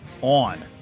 on